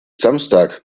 samstag